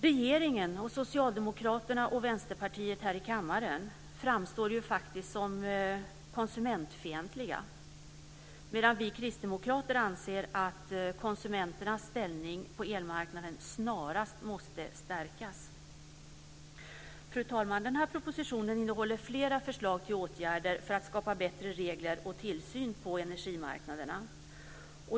Regeringen och Socialdemokraterna och Vänsterpartiet här i kammaren framstår ju faktiskt som konsumentfientliga, medan vi kristdemokrater anser att konsumenternas ställning på elmarknaden snarast måste stärkas. Fru talman! Den här propositionen innehåller flera förslag till åtgärder för att skapa bättre regler och tillsyn på energimarknaden.